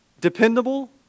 dependable